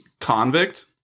convict